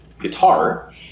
guitar